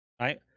Right